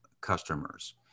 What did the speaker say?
customers